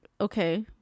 okay